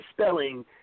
spelling